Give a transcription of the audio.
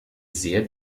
sehr